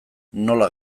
nola